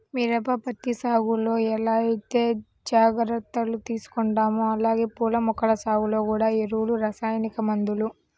మిరప, పత్తి సాగులో ఎలా ఐతే జాగర్తలు తీసుకుంటామో అలానే పూల మొక్కల సాగులో గూడా ఎరువులు, రసాయనిక మందులు